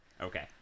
okay